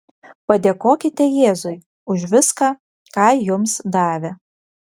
padėkokite jėzui už viską ką jums davė